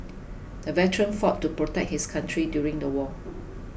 the veteran fought to protect his country during the war